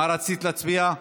מה רצית להצביע?